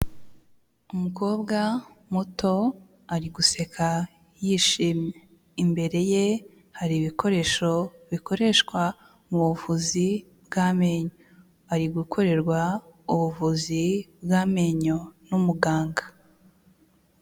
Umukobwa muto ari guseka yishimye imbere ye hari ibikoresho bikoreshwa mu buvuzi bw'amenyo ari gukorerwa ubuvuzi bw'amenyo n'umuganga.